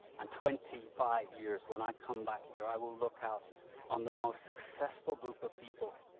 and twenty five years, when i come back here, i will look out on the most successful group of people,